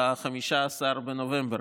ב-15 בנובמבר,